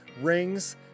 rings